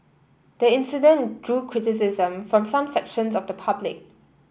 the incident drew criticism from some sections of the public